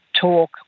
talk